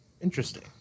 Interesting